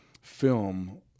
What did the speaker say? film